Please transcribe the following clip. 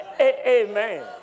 Amen